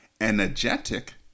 energetic